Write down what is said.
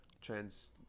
trans